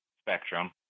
spectrum